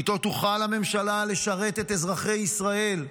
איתו תוכל הממשלה לשרת את אזרחי ישראל,